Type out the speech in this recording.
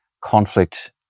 conflict